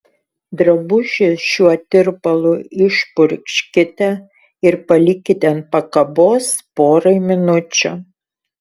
drabužį šiuo tirpalu išpurkškite ir palikite ant pakabos porai minučių